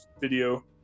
video